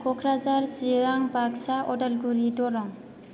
Kokrajhar Chirang Baksa Udalguri Darrang